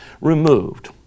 removed